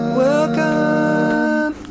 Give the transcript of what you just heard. welcome